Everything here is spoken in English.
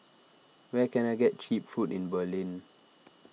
where can I get Cheap Food in Berlin